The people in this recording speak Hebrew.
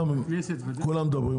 כולם מדברים,